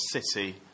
city